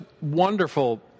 wonderful